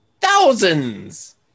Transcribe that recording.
Thousands